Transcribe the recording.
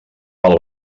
pel